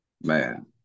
man